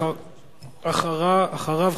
ואחריו,